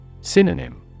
Synonym